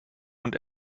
und